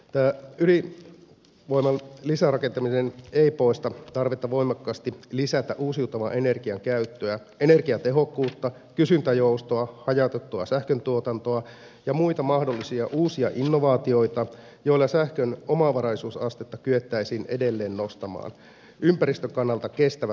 ettei ydinvoiman lisärakentaminen poista tarvetta voimakkaasti lisätä uusiutuvan energian käyttöä energiatehokkuutta kysyntäjoustoa hajautettua sähköntuotantoa ja muita mahdollisia uusia innovaatioita joilla sähkön omavaraisuusastetta kyettäisiin edelleen nostamaan ympäristön kannalta kestävällä tavalla